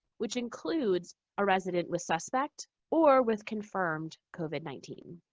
which includes a resident with suspect or with confirmed covid nineteen.